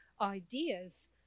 ideas